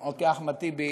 אוקיי, אחמד טיבי,